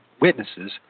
witnesses